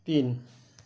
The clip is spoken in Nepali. तिन